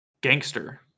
Gangster